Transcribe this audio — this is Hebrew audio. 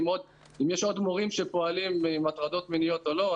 אם יש עוד מורים שפועלים עם הטרדות מיניות או לא?